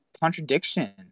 contradiction